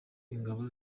ingabo